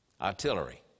artillery